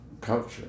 culture